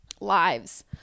lives